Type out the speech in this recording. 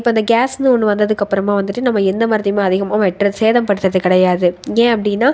இப்போ அந்த கேஸ்ன்னு ஒன்று வந்ததுக்கப்புறமாக வந்துட்டு நம்ம எந்த மரத்தையுமே அதிகமாக வெட்டுறது சேதப்படுத்துவது கிடையாது ஏன் அப்படின்னா